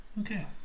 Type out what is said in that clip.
Okay